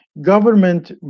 Government